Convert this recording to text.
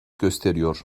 gösteriyor